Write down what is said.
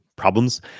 problems